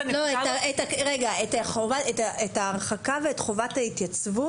הוא מקבל ביד את ההרחקה ואת חובת ההתייצבות.